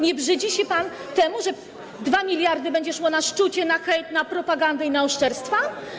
Nie brzydzi się pan tego, że 2 mld będzie szło na szczucie, na hejt, na propagandę i na oszczerstwa?